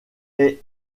est